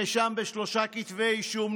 נאשם בשלושה כתבי אישום,